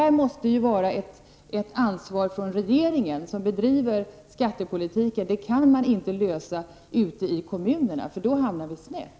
Detta måste vara en uppgift för regeringen, som har ansvaret för skattepolitiken. Dessa uppgifter kan kommunerna inte ta sig an, för då hamnar vi snett.